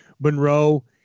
Monroe